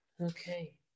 Okay